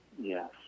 Yes